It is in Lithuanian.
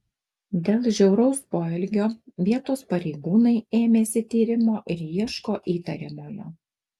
dėl žiauraus poelgio vietos pareigūnai ėmėsi tyrimo ir ieško įtariamojo